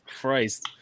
Christ